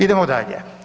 Idemo dalje.